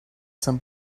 some